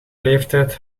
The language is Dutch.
leeftijd